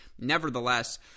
Nevertheless